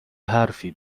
حرفی